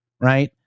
right